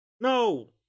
No